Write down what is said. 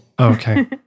Okay